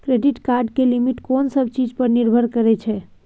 Credit card के limit कोन सब चीज पर निर्भर करै छै?